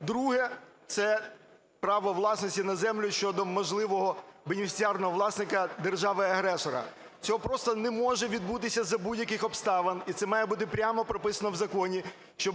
Друге. Це право власності на землю щодо можливого бенефіціарного власника держави-агресора. Цього просто не може відбутися за будь-яких обставин, і це має бути прямо прописано в законі, що